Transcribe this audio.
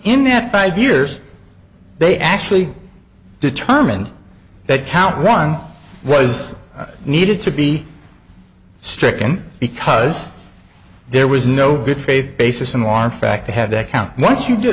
in that five years they actually determined that count one was needed to be stricken because there was no good faith basis in law in fact to have that count once you